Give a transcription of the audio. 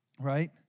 right